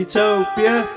Utopia